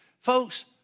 Folks